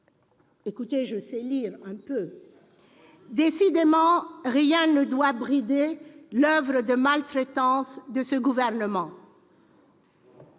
Décidément, rien ne doit brider l'oeuvre de maltraitance de ce gouvernement.